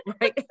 right